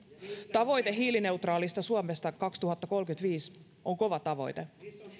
tavoite hiilineutraalista suomesta kaksituhattakolmekymmentäviisi on kova tavoite